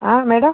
madam